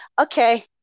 okay